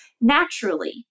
naturally